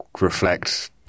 reflect